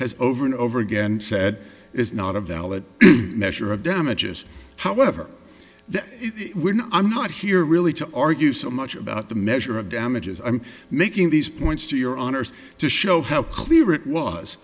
has over and over again said is not a valid measure of damages however we're not i'm not here really to argue so much about the measure of damages i'm making these points to your honor's to show how clear it was